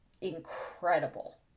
incredible